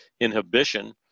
inhibition